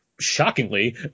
shockingly